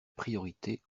priorité